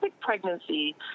pregnancy